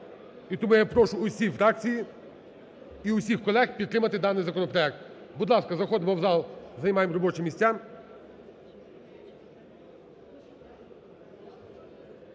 І тому я прошу всі фракції і всіх колег підтримати даний законопроект. Будь ласка, заходимо в зал, займаємо робочі місця.